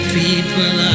people